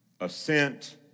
assent